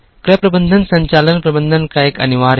क्रय प्रबंधन संचालन प्रबंधन का एक अनिवार्य हिस्सा है